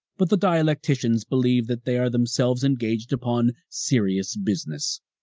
but the dialecticians believe that they are themselves engaged upon serious business.